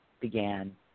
began